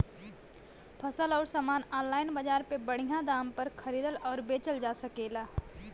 फसल अउर सामान आनलाइन बजार में बढ़िया दाम पर खरीद अउर बेचल जा सकेला